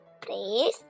please